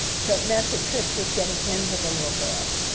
so it meant the tris was getting into the little girl.